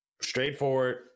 straightforward